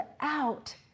out